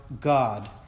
God